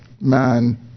man